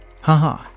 Haha